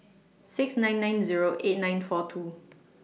six nine nine Zero eight nine four two